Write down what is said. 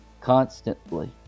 constantly